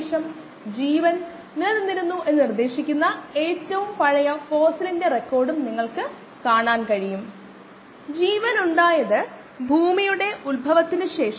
ഈ ഘട്ടത്തിൽ ഉയർന്ന താപനില ഉപയോഗിച്ച് ശുദ്ധമായ സ്ലേറ്റ് അല്ലെങ്കിൽ അണുനശീകരണം നേടുന്നതിനെക്കുറിച്ചുള്ള ചില വിശദാംശങ്ങളിൽ നമുക്ക് ഉയർന്ന താപനില നോക്കും